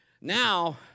Now